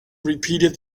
repeated